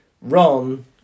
Ron